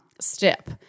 step